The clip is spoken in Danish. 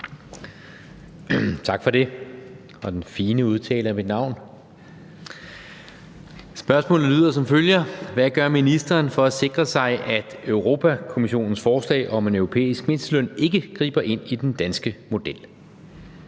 tak for den fine udtale af mit navn. Spørgsmålet lyder som følger: Hvad gør ministeren for at sikre sig, at Europa-Kommissionens forslag om en europæisk mindsteløn ikke griber ind i den danske model?